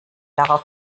darauf